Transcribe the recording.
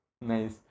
Nice